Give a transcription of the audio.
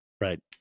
Right